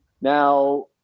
now